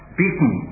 beaten